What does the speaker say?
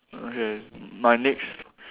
okay my next